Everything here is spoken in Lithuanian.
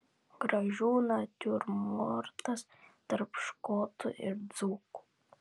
kražių natiurmortas tarp škotų ir dzūkų